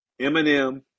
Eminem